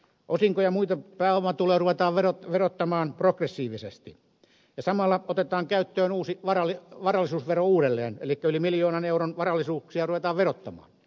osinkoja ja muita pääomatuloja ruvetaan verottamaan progressiivisesti ja samalla otetaan käyttöön varallisuusvero uudelleen elikkä yli miljoonan euron varallisuuksia ruvetaan verottamaan